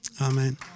Amen